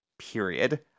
period